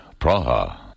Praha